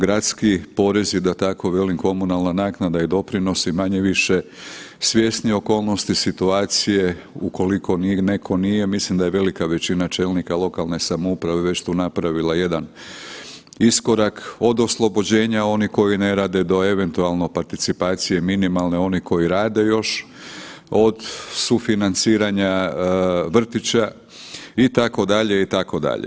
Gradski porez je da tako velim komunalna naknada i doprinosi manje-više svjesni okolnosti situacije ukoliko njih netko nije, mislim da je velika većina čelnika lokalne samouprave već tu napravila jedan iskorak, od oslobođenja onih koji ne rade, do eventualno participacije minimalne onih koji rade još, od sufinanciranja vrtića itd., itd.